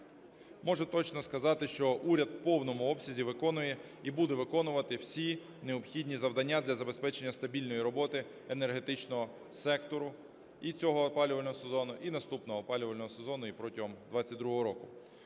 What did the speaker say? Можу точно сказати, що уряд в повному обсязі виконує і буде виконувати всі необхідні завдання для забезпечення стабільної роботи енергетичного сектору і цього опалювального сезону, і наступного опалювального сезону, і протягом 2022 року.